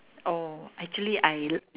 oh actually I like